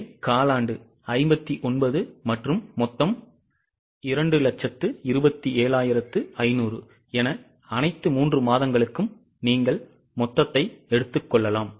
காலாண்டு 59 மற்றும் மொத்தம் 227500 என அனைத்து 3 மாதங்களுக்கும் நீங்கள் மொத்தத்தை எடுத்துக் கொள்ளலாம்